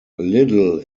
little